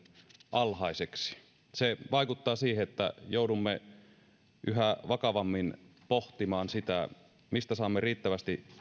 alhaiseksi se vaikuttaa siihen että joudumme yhä vakavammin pohtimaan sitä mistä saamme riittävästi